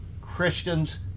Christians